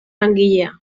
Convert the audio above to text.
langilea